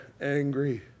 angry